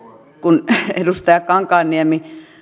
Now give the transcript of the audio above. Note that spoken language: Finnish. kun edustaja kankaanniemi